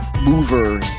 mover